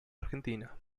argentina